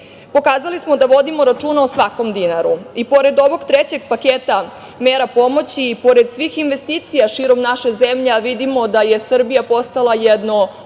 svetu. Pokazali smo da vodimo računa o svakom dinaru. Pored ovog trećeg paketa mera pomoći i pored svih investicija širom naše zemlje, a vidimo da je Srbija postala jedno ogromno